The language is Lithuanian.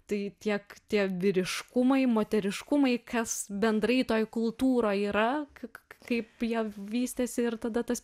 tai tiek tie vyriškumai moteriškumai kas bendrai toj kultūroj yra kaip jie vystėsi ir tada tas